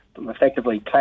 effectively